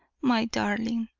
my darling,